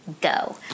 go